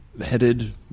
headed